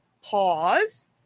pause